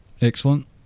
excellent